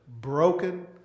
broken